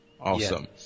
Awesome